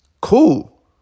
Cool